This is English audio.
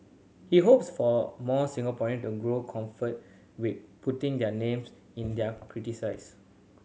he hopes for more Singaporean to grow comfort with putting their names in their criticise